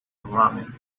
ramen